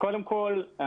אני